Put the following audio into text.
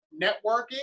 Networking